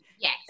yes